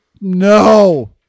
No